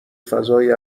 فضای